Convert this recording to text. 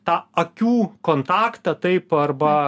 tą akių kontaktą taip arba